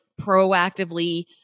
proactively